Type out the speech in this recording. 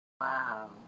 Wow